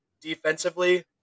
Defensively